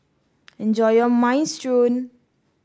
enjoy your Minestrone